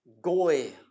goy